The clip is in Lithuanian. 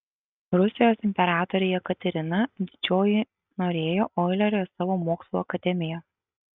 rusijos imperatorė jekaterina didžioji norėjo oilerio į savo mokslų akademiją